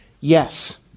Yes